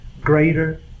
greater